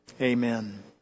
Amen